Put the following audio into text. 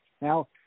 Now